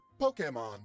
Pokemon